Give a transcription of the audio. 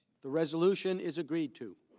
the resolution is agreed to.